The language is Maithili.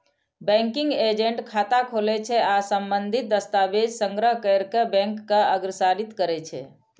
बैंकिंग एजेंट खाता खोलै छै आ संबंधित दस्तावेज संग्रह कैर कें बैंक के अग्रसारित करै छै